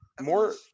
more